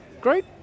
group